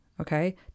Okay